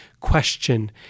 question